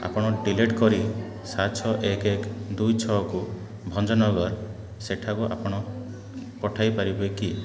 ଆପଣ ଡିଲିଟ୍ କରି ସାତ ଛଅ ଏକ ଦୁଇ ଛଅକୁ ଭଞ୍ଜନଗର ସେଠାକୁ ଆପଣ ପଠାଇ ପାରିବେ କି